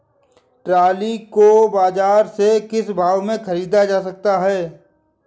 Trolley को बाजार से किस भाव में ख़रीदा जा सकता है?